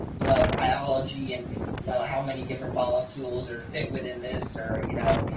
you know, biology and you know, how many different molecules are fit within this or you know,